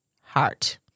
heart